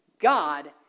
God